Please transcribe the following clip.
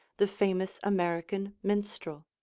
the famous american minstrel.